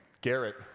Garrett